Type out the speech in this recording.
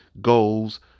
goals